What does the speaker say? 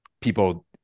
people